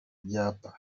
byapa